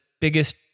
biggest